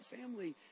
family